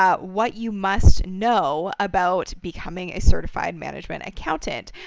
ah what you must know about becoming a certified management accountant,